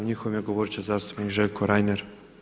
U njihovo ime govorit će zastupnik Željko Reiner.